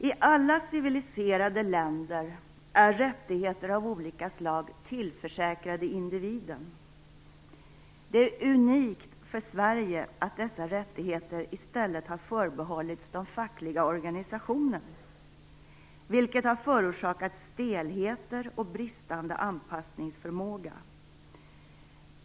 I alla civiliserade länder är rättigheter av olika slag tillförsäkrade individen. Det är unikt för Sverige att dessa rättigheter i stället har förbehållits de fackliga organisationerna, vilket har förorsakat stelheter och bristande anpassningsförmåga.